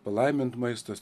palaimint maistas